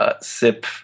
sip